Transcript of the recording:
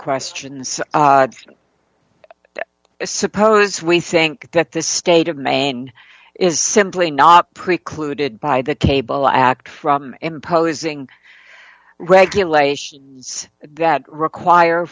questions suppose we think that the state of maine is simply not precluded by the cable act from imposing regulations that require